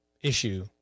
issue